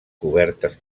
cobertes